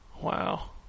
Wow